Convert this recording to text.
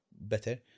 better